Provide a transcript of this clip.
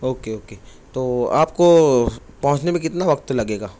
okay okay تو آپ کو پہنچنے میں کتنا وقت لگے گا